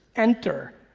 enter,